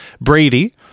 Brady